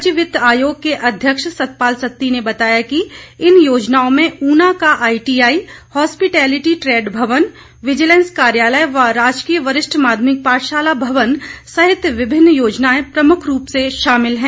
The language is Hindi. राज्य वित्त आयोग के अध्यक्ष सत्त पाल सती ने बताया कि इन योजनाओं में ऊना का आईटीआई हॉस्पीटेलिटी ट्रेड भवन विजलैंस कार्यालय व राजकीय वरिष्ठ माध्यमिक पाठशाला भवन सहित विभिन्न योजनाएं प्रमुख रूप से शामिल हैं